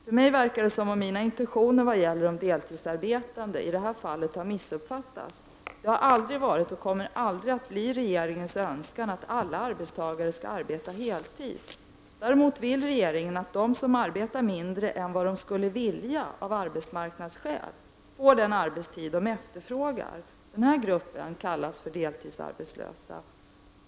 För mig verkar det som om mina intentioner vad det gäller de deltidsarbetande, i det här fallet, har missuppfattats. Det har aldrig varit, och kommer aldrig att bli, regeringens önskan att alla arbetstagare skall arbeta heltid. Däremot vill regeringen att de som arbetar mindre än de skulle vilja av arbetsmarknadsskäl får den arbetstid de efterfrågar. Denna grupp kallas för deltidsarbetslösa.